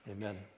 Amen